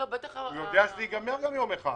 הרי הוא יודע שזה גם ייגמר יום אחד.